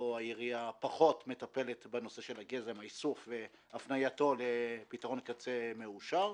פה העיריה פחות מטפלת בנושא איסוף הגזם והפנייתו לפתרון קצה מאושר.